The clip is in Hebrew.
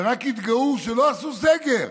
רק התגאו שלא עשו סגר,